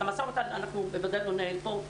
את המשא ומתן בוודאי שלא ננהל פה,